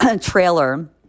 trailer